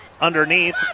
underneath